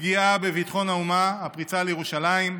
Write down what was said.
פגיעה בביטחון האומה, הפריצה לירושלים,